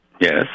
Yes